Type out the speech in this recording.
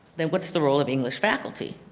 they what is the role of english faculty?